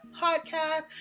Podcast